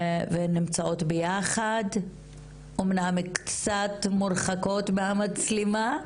אני רואה שגם המורה נמצאת אתכן.